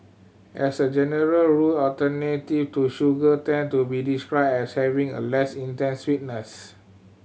as a general rule alternative to sugar tend to be described as having a less intense sweetness